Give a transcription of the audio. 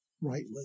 rightly